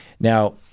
Now